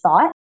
thought